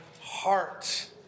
heart